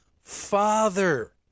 father